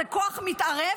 זה כוח מתערב,